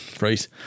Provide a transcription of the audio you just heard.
right